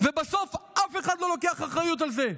ובסוף אף אחד לא לוקח אחריות על זה,